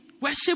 Worship